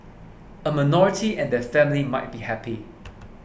a minority and their family might be happy